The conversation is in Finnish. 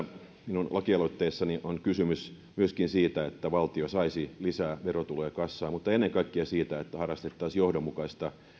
minun lakialoitteessani on kysymys myöskin siitä että valtio saisi lisää verotuloja kassaan mutta ennen kaikkea siitä että harrastettaisiin johdonmukaista